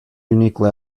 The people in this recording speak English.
unique